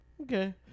Okay